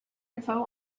info